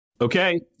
Okay